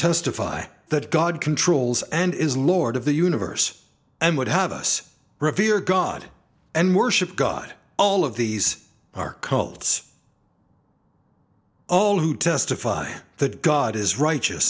testify that god controls and is lord of the universe and would have us revere god and worship god all of these are cults all who testify that god is righteous